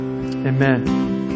Amen